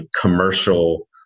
commercial